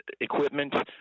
equipment